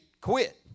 quit